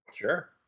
Sure